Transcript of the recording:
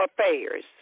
affairs